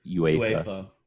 UEFA